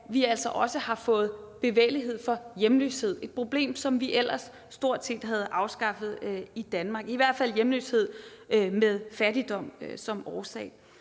at vi altså også har fået bevægelighed for hjemløshed, et problem, som vi ellers stort set havde afskaffet i Danmark, i hvert fald hvad angår hjemløshed med fattigdom som årsag.